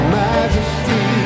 majesty